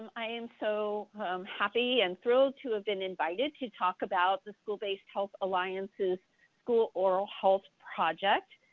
i'm so happy and thrilled to have been invited to talk about the school-based health alliance's school oral health project.